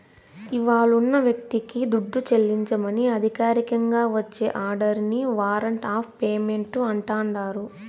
ఇవ్వాలున్న వ్యక్తికి దుడ్డు చెల్లించమని అధికారికంగా వచ్చే ఆర్డరిని వారంట్ ఆఫ్ పేమెంటు అంటాండారు